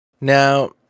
Now